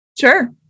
Sure